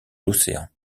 l’océan